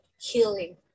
healing